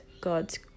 God's